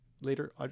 later